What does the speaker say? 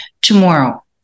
tomorrow